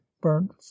burnt